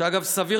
שאגב,